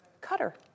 cutter